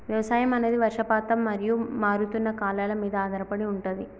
వ్యవసాయం అనేది వర్షపాతం మరియు మారుతున్న కాలాల మీద ఆధారపడి ఉంటది